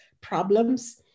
problems